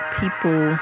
people